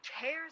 cares